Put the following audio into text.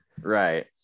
Right